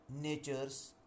nature's